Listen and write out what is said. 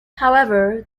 however